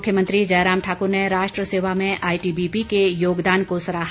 मुख्यमंत्री जयराम ठाकुर ने राष्ट्र सेवा में आईटीबीपी के योगदान को सराहा